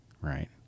right